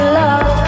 love